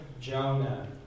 Jonah